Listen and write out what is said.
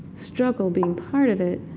struggle being part of it.